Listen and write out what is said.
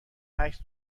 عکس